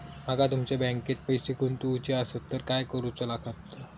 माका तुमच्या बँकेत पैसे गुंतवूचे आसत तर काय कारुचा लगतला?